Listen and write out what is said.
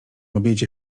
obiedzie